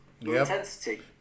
intensity